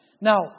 Now